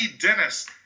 Dennis